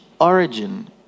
origin